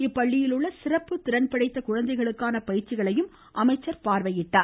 இப்பள்ளியில் உள்ள சிறப்பு திறன் படைத்த குழந்தைகளுக்கான பயிற்சிகளையும் அவர் பார்வையிட்டார்